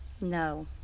No